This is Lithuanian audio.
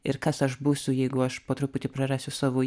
ir kas aš būsiu jeigu aš po truputį prarasiu savo